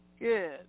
Good